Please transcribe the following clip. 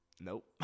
Nope